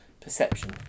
perception